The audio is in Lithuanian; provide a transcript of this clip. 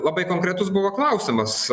labai konkretus buvo klausimas